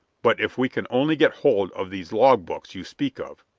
but if we can only get hold of these log books you speak of.